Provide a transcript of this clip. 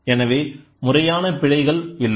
எனவே முறையான பிழைகள் இல்லை